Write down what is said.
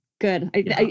Good